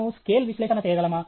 మనము స్కేల్ విశ్లేషణ చేయగలమా